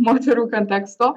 moterų konteksto